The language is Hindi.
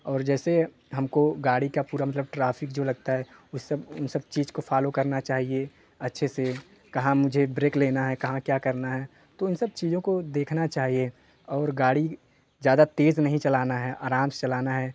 और जैसे हमको गाड़ी का पूरा मतलब ट्रैफिक जो लगता है उन सब इन सब चीज़ को फॉलो करना चाहिए अच्छे से कहाँ मुझे ब्रेक लेना है कहाँ क्या करना है तो इन सब चीज़ों को देखना चाहिए और गाड़ी ज्यादा तेज़ नहीं चलाना है आराम से चलाना है